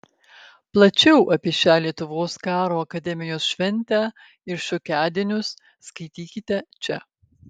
plačiau apie šią lietuvos karo akademijos šventę ir šiokiadienius skaitykite čia